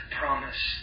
promise